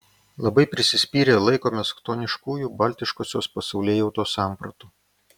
labai prisispyrę laikomės chtoniškųjų baltiškosios pasaulėjautos sampratų